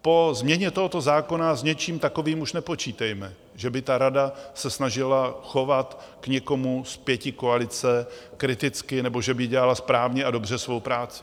Po změně tohoto zákona s něčím takovým už nepočítejme, že by rada se snažila chovat k někomu z pětikoalice kriticky nebo že by dělala správně a dobře svou práci.